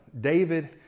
David